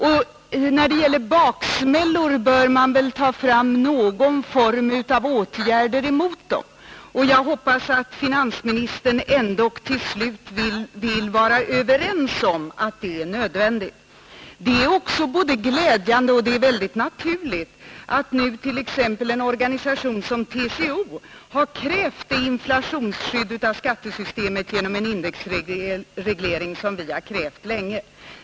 Och när det blir baksmällor bör man väl ta fram någon form av åtgärder mot dem. Jag hoppas att finansministern ändock till slut vill vara överens med mig om att det är nödvändigt. Det är både glädjande och väldigt naturligt att nu t.ex. en organisation som TCO har krävt det inflationsskydd i skattesystemet genom en indexreglering som vi har begärt länge.